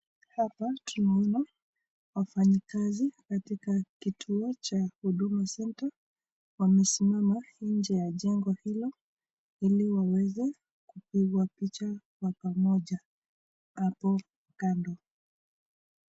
Hapa tunaona wafanyikazi katika kituo cha Huduma Centre wamesimama nje ya jengo hilo ili waweze kupigwa picha kwa pamoja hapo kando.